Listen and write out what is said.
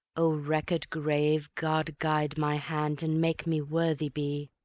o record grave, god guide my hand and make me worthy be,